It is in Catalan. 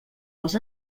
als